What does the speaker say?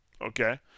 Okay